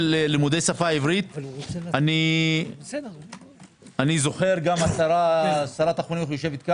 לימודי שפה עברית אני זוכר גם שרת החינוך יושבת פה